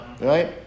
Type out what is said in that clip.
Right